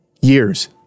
years